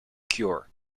cure